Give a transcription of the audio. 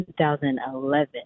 2011